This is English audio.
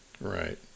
Right